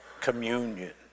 communion